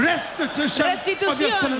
Restitution